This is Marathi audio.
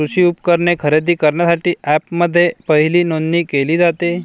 कृषी उपकरणे खरेदी करण्यासाठी अँपप्समध्ये पहिली नोंदणी केली जाते